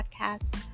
podcast